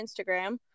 Instagram